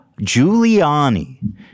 Giuliani